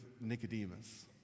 Nicodemus